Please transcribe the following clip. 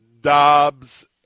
Dobbs